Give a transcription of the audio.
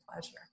pleasure